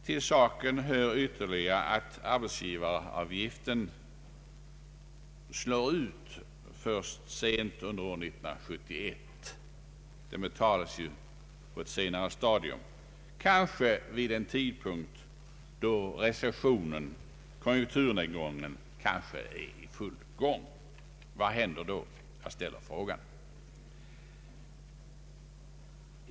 Till saken hör ytterligare att arbetsgivaravgiften slår ut först sent under 1971; den betalas ju på ett senare stadium, kanske vid en tidpunkt då recessionen, konjunkturavmattningen, är i full gång. Vad händer då? Jag ställer frågan.